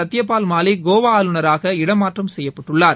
சத்யபால் மாலிக் கோவா ஆளுநராக இடம் மாற்றம் செய்யப்பட்டுள்ளார்